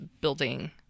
building